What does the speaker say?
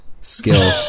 skill